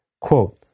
Quote